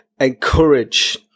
encourage